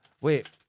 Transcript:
wait